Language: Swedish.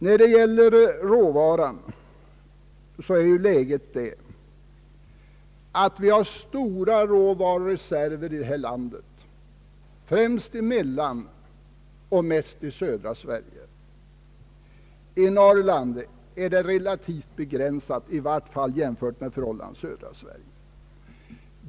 Läget är det att vi i detta land har stora råvarureserver, främst i Mellansverige och mest i södra Sverige. I Norrland är tillgången relativt begränsad, i varje fall i jämförelse med förhållandena i södra Sverige.